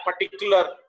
particular